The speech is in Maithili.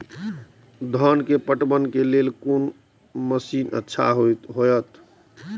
धान के पटवन के लेल कोन मशीन अच्छा होते?